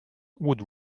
would